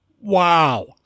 Wow